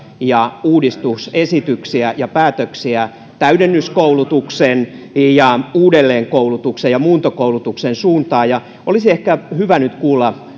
ja uudistusesityksiä ja päätöksiä täydennyskoulutuksen ja uudelleenkoulutuksen ja muuntokoulutuksen suuntaan ja olisi ehkä hyvä nyt kuulla